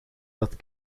dat